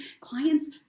clients